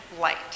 light